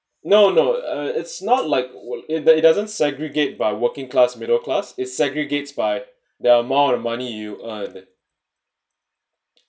no no uh it's not like that it doesn't segregate by working class middle class it segregates by the amount of money you earn